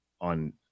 on